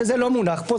זה לא מונח פה,